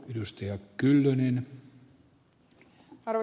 arvoisa herra puhemies